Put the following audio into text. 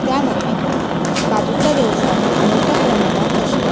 त्यामुळे काजूचा व्यवसाय हा मोठ्या प्रमाणात असतो